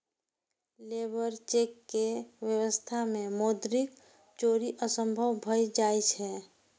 labour check के व्यवस्था मे मौद्रिक चोरी असंभव भए जाइ छै